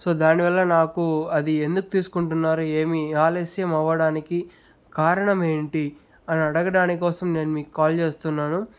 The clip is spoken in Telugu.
సో దానివల్ల నాకు అది ఎందుకు తీసుకుంటున్నారు ఏమి ఆలస్యం అవ్వడానికి కారణం ఏంటి అని అడగడానికి కోసం నేను మీకు కాల్ చేస్తున్నాను